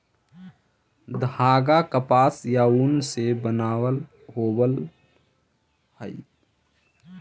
धागा कपास या ऊन से बनल होवऽ हई